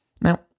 Now